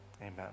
amen